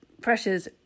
pressures